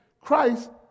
Christ